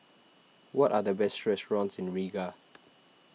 what are the best restaurants in Riga